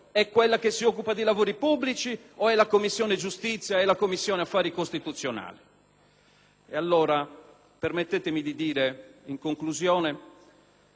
Allora permettetemi di dire, in conclusione, che ci sono delle cose che mancano; una cosa che però c'è, ed è cattiva, è la norma che riguarda